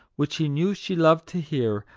which he knew she loved to hear,